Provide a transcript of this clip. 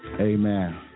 amen